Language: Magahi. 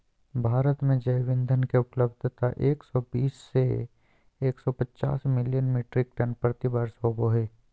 भारत में जैव ईंधन के उपलब्धता एक सौ बीस से एक सौ पचास मिलियन मिट्रिक टन प्रति वर्ष होबो हई